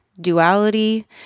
duality